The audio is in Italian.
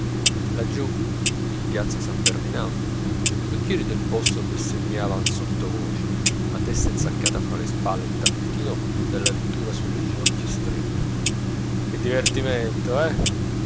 laggiù in piazza s ferdinando i cocchieri del posto bestemmiavan sottovoce la testa insaccata fra le spalle il tappetino della vettura sulle ginocchia strette che divertimento ah